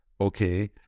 Okay